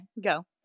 go